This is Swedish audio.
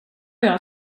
jag